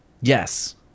yes